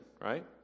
right